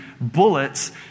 bullets